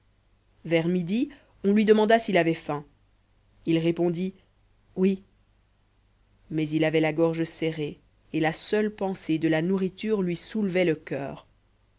vers midi on lui demanda s'il avait faim il répondit oui mais il avait la gorge serrée et la seule pensée de la nourriture lui soulevait le coeur